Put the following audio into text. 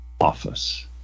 Office